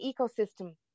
ecosystem